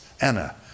Anna